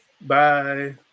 bye